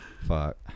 Fuck